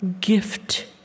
gift